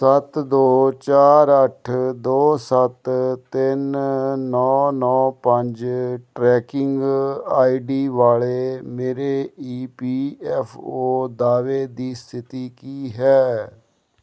ਸੱਤ ਦੋ ਚਾਰ ਅੱਠ ਦੋ ਸੱਤ ਤਿੰਨ ਨੌਂ ਨੌਂ ਪੰਜ ਟਰੈਕਿੰਗ ਆਈਡੀ ਵਾਲੇ ਮੇਰੇ ਈ ਪੀ ਐੱਫ ਓ ਦਾਅਵੇ ਦੀ ਸਥਿਤੀ ਕੀ ਹੈ